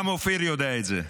גם אופיר יודע את זה.